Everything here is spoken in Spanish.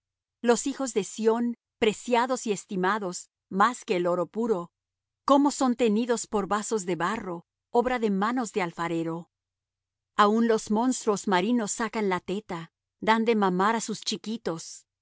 los hijos de sión preciados y estimados más que el oro puro cómo son tenidos por vasos de barro obra de manos de alfarero aun los monstruos marinos sacan la teta dan de mamar a sus chiquitos